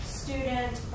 student